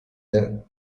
the